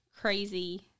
crazy